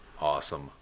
awesome